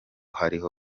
ariho